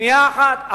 שנייה אחת.